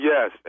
Yes